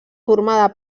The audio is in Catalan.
formada